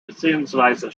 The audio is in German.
beziehungsweise